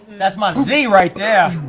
that's my z right there!